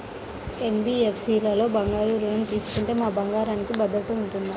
NBFC లలో బంగారు ఋణం తీసుకుంటే మా బంగారంకి భద్రత ఉంటుందా?